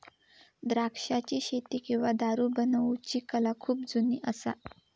द्राक्षाची शेती किंवा दारू बनवुची कला खुप जुनी असा